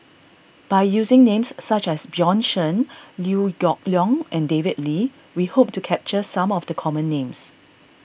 by using names such as Bjorn Shen Liew Geok Leong and David Lee we hope to capture some of the common names